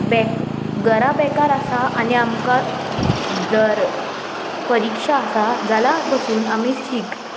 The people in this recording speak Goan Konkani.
बे घरा बेकार आसा आनी आमकां जर परिक्षा आसा जाल्यार बसून आमी शीक